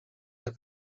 jak